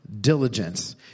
diligence